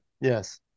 Yes